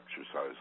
exercise